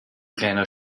kleiner